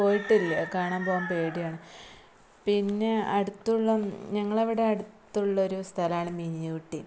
പോയിട്ടില്ല കാണാന് പോവാന് പേടിയാണ് പിന്നെ അടുത്തുള്ള ഞങ്ങളുടെ അവിടെ അടുത്തുള്ള ഒരു സ്ഥലമാണ് മിനി ഊട്ടി